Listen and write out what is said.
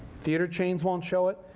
theater chains won't show it.